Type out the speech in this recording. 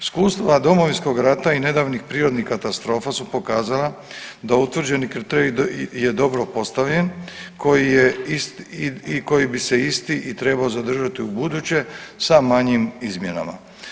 Iskustva Domovinskog rada i nedavnih prirodnih katastrofa su pokazala da utvrđeni kriterij je dobro postavljen koji je .../nerazumljivo/... i koji bi se isti i trebao zadržati ubuduće sa manjim izmjenama.